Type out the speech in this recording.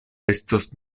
estos